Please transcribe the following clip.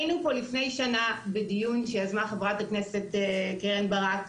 היינו פה לפני שנה בדיון שיזמה חה"כ קרן ברק,